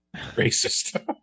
Racist